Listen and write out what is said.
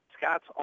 Scott's